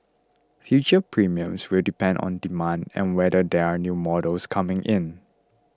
future premiums will depend on demand and whether there are new models coming in